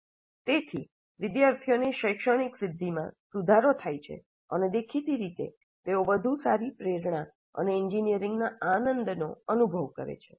તેથી વિદ્યાર્થીઓની શૈક્ષણિક સિદ્ધિમાં સુધારો થાય છે અને દેખીતી રીતે તેઓ વધુ સારી પ્રેરણા અને એન્જિનિયરિંગનાં આનંદ નો અનુભવ કરે છે